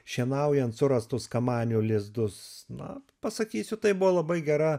šienaujant surastus kamanių lizdus na pasakysiu tai buvo labai gera